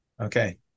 Okay